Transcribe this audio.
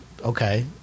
okay